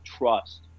trust